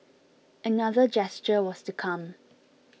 another gesture was to come